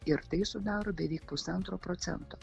ir tai sudaro beveik pusantro procento